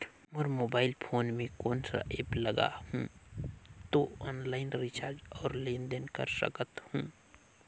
मोर mobile phone मे कोन सा एप्प लगा हूं तो ऑनलाइन रिचार्ज और लेन देन कर सकत हू?